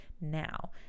now